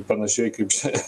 panašiai kaip čia